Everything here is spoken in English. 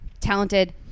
talented